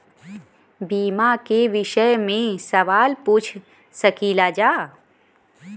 बीमा के विषय मे सवाल पूछ सकीलाजा?